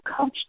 Coach